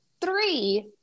three